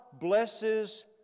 blesses